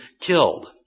killed